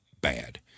bad